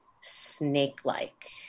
snake-like